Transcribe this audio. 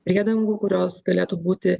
priedangų kurios galėtų būti